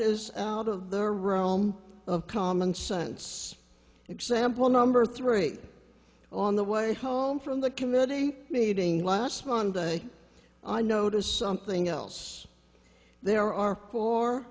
is out of their room of common sense example number three on the way home from the committee meeting last monday i noticed something else there are four